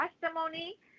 testimony